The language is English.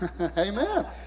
Amen